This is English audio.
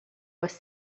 was